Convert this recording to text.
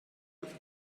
with